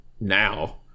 now